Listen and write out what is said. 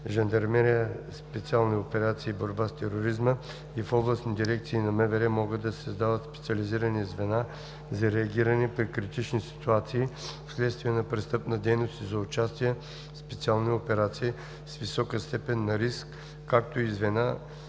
така: „Чл. 44. (1) В ГДБОП, ГДНП, ГДГП, ГДЖСОБТ и в областните дирекции на МВР могат да се създават специализирани звена за реагиране при критични ситуации вследствие на престъпна дейност и за участие в специални операции с висока степен на риск, както и звена